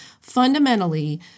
fundamentally